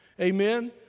Amen